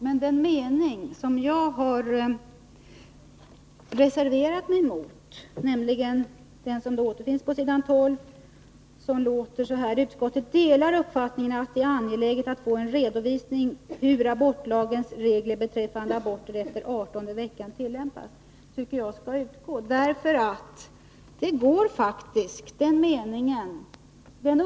Men den mening som jag har reserverat mig mot finns på s. 12 i utskottsbetänkandet: ”Utskottet delar uppfattningen att det är angeläget att få en redovisning av hur abortlagens regler beträffande aborter efter 18:e veckan tillämpas.” Jag vill att den meningen skall utgå.